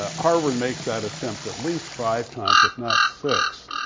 ah harvard makes that attempt at least five times, if not six,